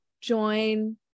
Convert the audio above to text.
join